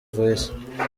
voice